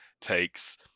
takes